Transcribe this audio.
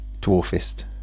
Dwarfist